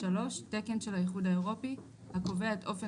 (3)תקן של האיחוד האירופי הקובע את אופן